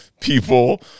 People